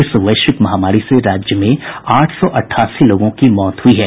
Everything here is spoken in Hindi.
इस वैश्विक महामारी से राज्य में आठ सौ अठासी लोगों की मौत हुई है